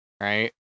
right